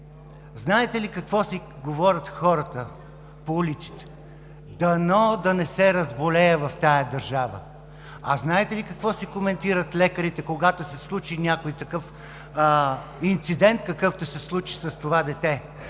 Знаете ли какво си говорят хората по улиците: дано да не се разболея в тази държава?! А знаете ли какво си коментират лекарите, когато се случи такъв инцидент, какъвто се случи с това дете: